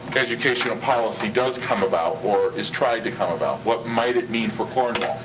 educational policy does come about, or is trying to come about. what might it mean for cornwall?